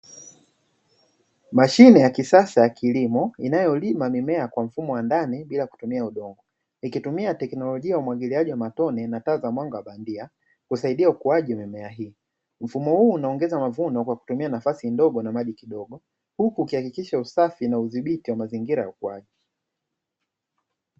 Mashine ya kisasa ya kilimo inayolima mimea kwa mfumo wa ndani bila kutumia udongo. Ikitumia teknolojia ya umwagiliaji wa matone na taa za mwanga wa bandia kusaidia ukuaji wa mimea hii. Mfumo huu unaongeza mavuno kwa kutumia nafasi ndogo na maji kidogo, huku ukihakikisha usafi na udhibiti wa mazingira ya ukiaji.